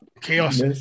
chaos